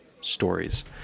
stories